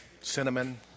Cinnamon